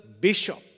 bishop